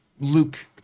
Luke